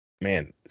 Man